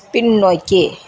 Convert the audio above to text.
பின்னோக்கி